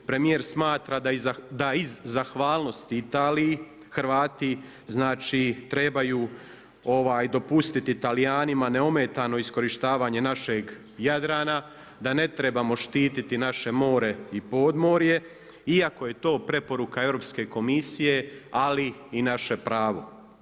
Premijer smatra da iz zahvalnosti Italiji Hrvati znači trebaju dopustiti Talijanima neometano iskorištavanje našeg Jadrana, da ne trebamo štiti naše more i podmorje iako je to preporuka Europske komisije ali i naše pravo.